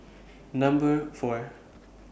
Number four